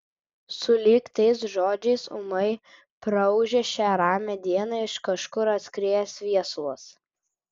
sulig tais žodžiais ūmai praūžė šią ramią dieną iš kažkur atskriejęs viesulas